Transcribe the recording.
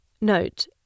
Note